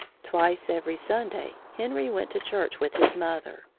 twice every sunday henry went to church with his mother.